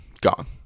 Gone